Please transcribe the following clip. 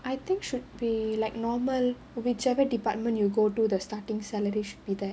I think should be like normal whichever department you go to the starting salary should be there